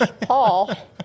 Paul